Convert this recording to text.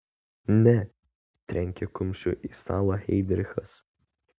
ne trenkė kumščiu į stalą heidrichas